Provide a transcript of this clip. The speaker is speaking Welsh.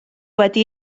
wedi